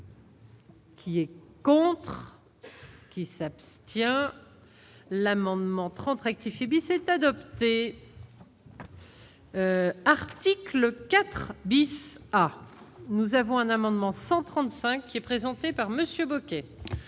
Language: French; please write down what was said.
Qui est commun. Qui s'abstient l'amendement 30 rectifier bis est adopté article 4 bis à nous avons un amendement 135 qui est présenté par Monsieur